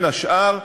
בין השאר,